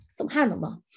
SubhanAllah